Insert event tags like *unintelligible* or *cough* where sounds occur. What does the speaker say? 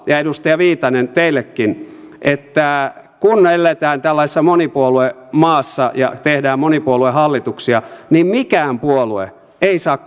ja edustaja viitanen voin teille sanoa että kun me elämme tällaisessa monipuoluemaassa ja teemme monipuoluehallituksia niin mikään puolue ei saa *unintelligible*